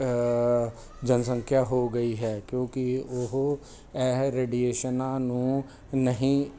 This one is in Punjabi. ਜਨਸੰਖਿਆ ਹੋ ਗਈ ਹੈ ਕਿਉਂਕਿ ਉਹ ਇਹ ਰੈਡੀਏਸ਼ਨਾਂ ਨੂੰ ਨਹੀਂ